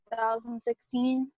2016